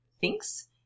thinks